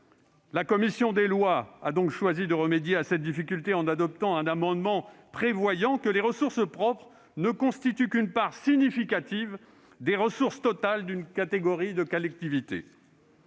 La commission des lois a donc choisi de remédier à cette difficulté en adoptant un amendement, pour prévoir que les ressources propres ne constituent qu'une part significative des ressources totales d'une catégorie de collectivités.